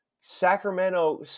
Sacramento –